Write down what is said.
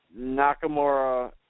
Nakamura